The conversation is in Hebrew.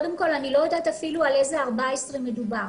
אני לא יודעת אפילו על איזה 14 מדובר,